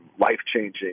life-changing